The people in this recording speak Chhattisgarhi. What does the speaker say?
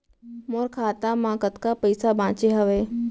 मोर खाता मा कतका पइसा बांचे हवय?